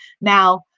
Now